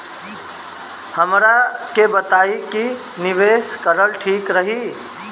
हमरा के बताई की निवेश करल ठीक रही?